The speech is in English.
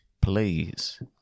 please